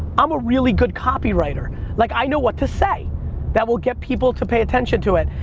i'm a really good copywriter. like i know what to say that will get people to pay attention to it.